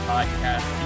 Podcast